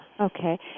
Okay